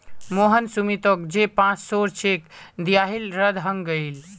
मोहन सुमीतोक जे पांच सौर चेक दियाहिल रद्द हंग गहील